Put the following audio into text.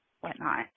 whatnot